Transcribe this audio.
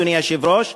אדוני היושב-ראש,